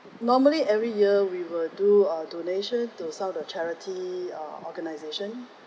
normally every year we will do our donation to sell the charity uh organisation